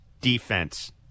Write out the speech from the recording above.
defense